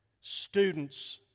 students